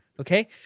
okay